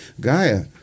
Gaia